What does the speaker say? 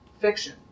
fiction